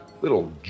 little